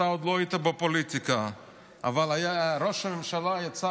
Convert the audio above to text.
אתה עוד לא היית בפוליטיקה אבל ראש הממשלה יצא